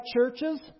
churches